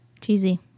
Cheesy